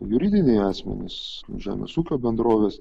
juridiniai asmenys žemės ūkio bendrovės